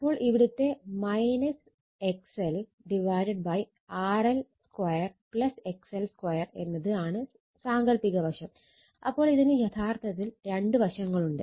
അപ്പോൾ ഇവിടുത്തെ XLRL 2 XL 2 എന്നത് ആണ് സാങ്കൽപ്പിക വശം അപ്പോൾ ഇതിന് യഥാർത്ഥത്തിൽ രണ്ട് വശങ്ങളുണ്ട്